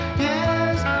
yes